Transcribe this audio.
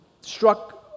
struck